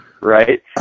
Right